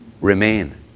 Remain